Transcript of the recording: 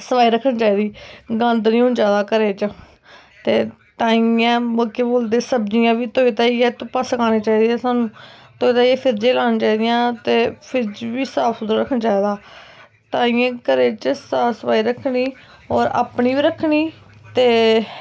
सफाई रक्खनी चाहिदी गंद नी होना चाहिदा घरै च जे ताइयें केह् बोलदे सब्जियां बी धोई धाइयै धुप्पा सकानियां चाहिदियां धोई धाई सब्जियां लानियां चाहिदियां ते फ्रिज बी साफ सुथरा रक्खना चाहिदा ताइयें घरै च साफ सफाई रक्खनी होर अपनी बी रक्खनी ते